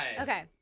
Okay